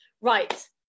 right